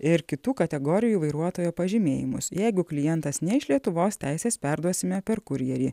ir kitų kategorijų vairuotojo pažymėjimus jeigu klientas ne iš lietuvos teises perduosime per kurjerį